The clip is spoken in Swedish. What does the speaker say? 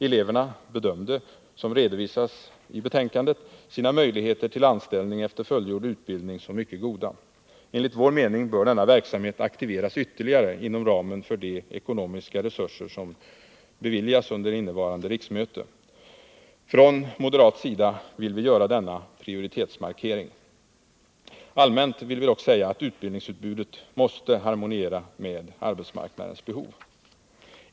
Eleverna bedömde, som redovisas i betänkandet, sina möjligheter till anställning efter fullgjord utbildning som mycket goda. Enligt vår mening bör denna verksamhet aktiveras ytterligare inom ramen för de ekonomiska resurser som beviljas under innevarande riksmöte. Från moderat sida vill vi göra denna prioriteringsmarkering. Allmänt vill vi säga att utbildningsutbudet måste harmoniera med arbetsmarknadens behov.